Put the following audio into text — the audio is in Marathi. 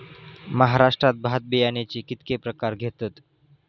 महाराष्ट्रात भात बियाण्याचे कीतके प्रकार घेतत?